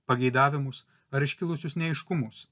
pageidavimus ar iškilusius neaiškumus